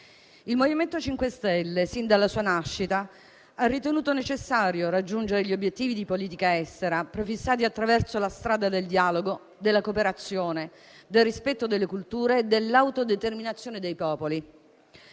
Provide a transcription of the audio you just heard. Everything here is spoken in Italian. Il MoVimento 5 Stelle, sin dalla sua nascita, ha ritenuto necessario raggiungere gli obiettivi di politica estera prefissati attraverso la strada del dialogo, della cooperazione, del rispetto delle culture e dell'autodeterminazione dei popoli.